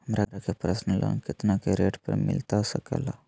हमरा के personal loan कितना के रेट पर मिलता सके ला?